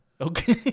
Okay